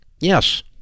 Yes